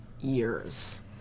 years